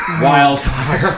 wildfire